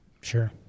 Sure